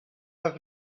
have